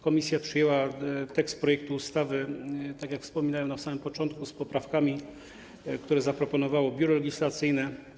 Komisja przyjęła tekst projektu ustawy, tak jak wspominałem na początku, z poprawkami, które zaproponowało Biuro Legislacyjne.